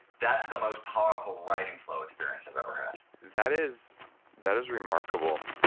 that's the most powerful writing flow experience i've ever had. that is that is remarkable.